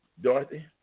Dorothy